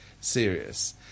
serious